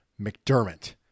McDermott